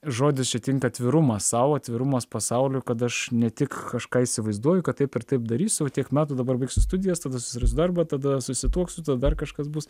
žodis čia tinka atvirumas sau atvirumas pasauliui kad aš ne tik kažką įsivaizduoju kad taip ir taip darys tiek metų dabar baigsiu studijas susirasiu darbą tada susituoksiu tada dar kažkas bus